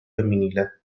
femminile